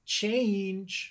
change